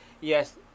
Yes